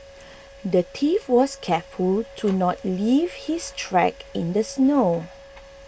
the thief was careful to not leave his tracks in the snow